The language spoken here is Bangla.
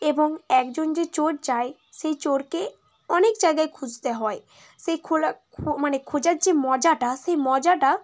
এবং একজন যে চোর যায় সেই চোরকে অনেক জায়গায় খুঁজতে হয় সেই খোলা খো মানে খোঁজার যে মজাটা সেই মজাটা